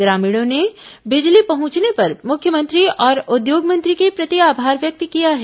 ग्रामीणों ने बिजली पहुंचने पर मुख्यमंत्री और उद्योग मंत्री के प्रति आभार व्यक्त किया है